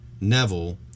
Neville